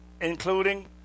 including